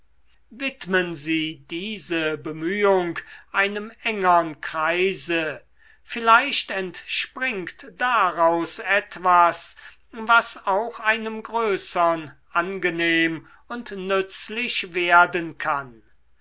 widmen sie diese bemühung einem engern kreise vielleicht entspringt daraus etwas was auch einem größern angenehm und nützlich werden kann